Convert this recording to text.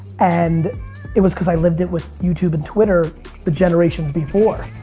and it was cause i lived it with youtube and twitter the generations before.